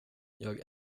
jag